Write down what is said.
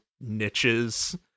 niches